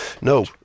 No